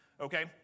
Okay